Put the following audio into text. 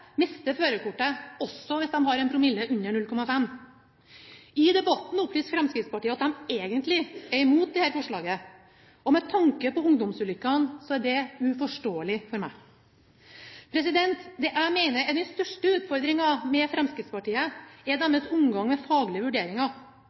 førerkortet også hvis de har en promille under 0,5. I debatten opplyste Fremskrittspartiet at de egentlig er imot dette forslaget. Med tanke på ungdomsulykkene er det uforståelig for meg. Det jeg mener er den største utfordringen med Fremskrittspartiet, er